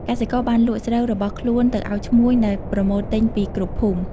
កសិករបានលក់ស្រូវរបស់ខ្លួនទៅឱ្យឈ្មួញ ដែលប្រមូលទិញពីគ្រប់ភូមិ។